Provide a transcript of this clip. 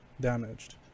damaged